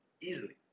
Easily